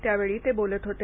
त्यावेळी ते बोलत होते